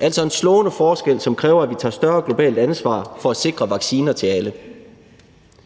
er altså en slående forskel, som kræver, at vi tager et større globalt ansvar for at sikre vacciner til alle.